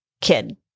kid